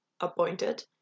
appointed